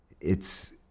it's-